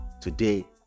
Today